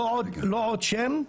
זה לא עוד שם,